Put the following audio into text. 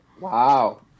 Wow